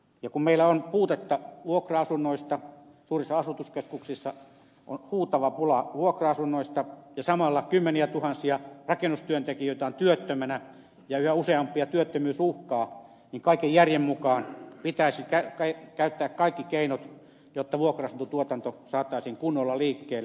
kun meillä on puutetta vuokra asunnoista suurissa asutuskeskuksissa on huutava pula vuokra asunnoista ja samalla kymmeniätuhansia rakennustyöntekijöitä on työttömänä ja yhä useampia työttömyys uhkaa niin kaiken järjen mukaan pitäisi käyttää kaikki keinot jotta vuokra asuntotuotanto saataisiin kunnolla liikkeelle